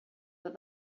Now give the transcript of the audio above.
that